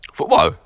Football